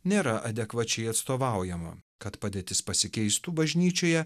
nėra adekvačiai atstovaujama kad padėtis pasikeistų bažnyčioje